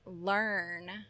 learn